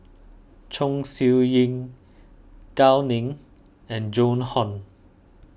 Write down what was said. Chong Siew Ying Gao Ning and Joan Hon